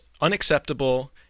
unacceptable